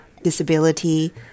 disability